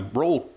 roll